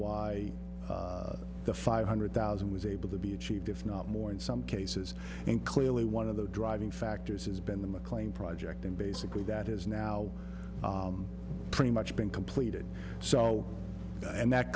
why the five hundred thousand was able to be achieved if not more in some cases and clearly one of driving factors has been the mclean project and basically that has now pretty much been completed so and that